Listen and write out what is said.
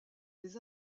les